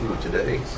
today